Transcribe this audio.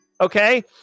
Okay